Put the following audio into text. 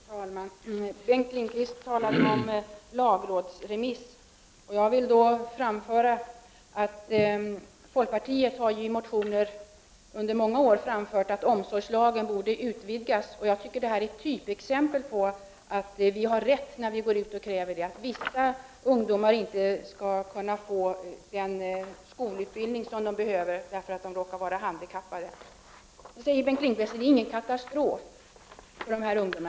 Herr talman! Bengt Lindqvist talade om en lagrådsremiss. Jag vill peka på att folkpartiet i motioner i många år har anfört att omsorgslagen borde utvidgas. Jag tycker att det förhållandet att vissa ungdomar på grund av att de är handikappade inte kan få den skolutbildning som de behöver är ett typexempel på att vi har rätt när vi ställer detta krav. Nu säger Bengt Lindqvist att det inte är någon katastrof för dessa ungdomar.